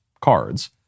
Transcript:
cards